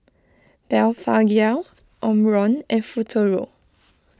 Blephagel Omron and Futuro